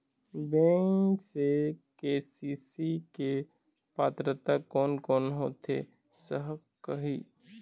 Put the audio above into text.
Bank से K C C के पात्रता कोन कौन होथे सकही?